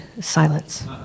silence